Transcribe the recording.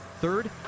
Third